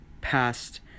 past